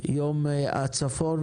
יום הצפון,